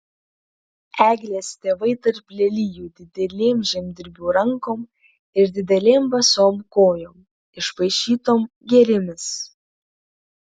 eglės tėvai tarp lelijų didelėm žemdirbių rankom ir didelėm basom kojom išpaišytom gėlėmis